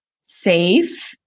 safe